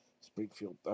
Springfield